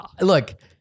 look